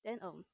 then um